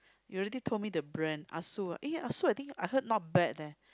you already told me the brand Asus ah eh Asus I think I heard not bad leh